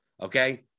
Okay